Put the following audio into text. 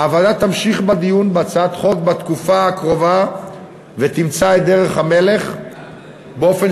הוועדה תמשיך בדיון בהצעת החוק בתקופה הקרובה ותמצא את דרך המלך באופן